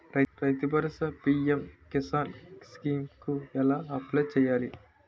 రైతు భరోసా PM Kisan scheme కు ఎలా అప్లయ్ చేయాలి?